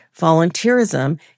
volunteerism